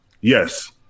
Yes